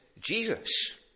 Jesus